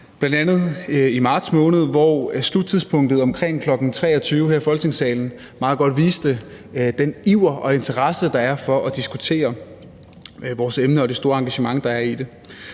bl.a. i marts måned, hvor sluttidspunktet omkring kl. 23.00 her i Folketingssalen meget godt viste den iver og interesse, der er for at diskutere vores emne, og det store engagement, der er i det.